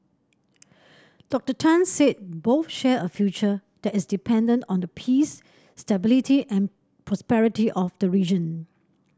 Doctor Tan said both share a future that is dependent on the peace stability and prosperity of the region